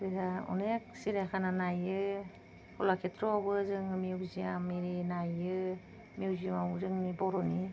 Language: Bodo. अनेख सिरियाखाना नायो क'लाखेथ्र'आवबो जोङो मिउजियाम आरि नायो मिउजियामाव जोंनि बर'नि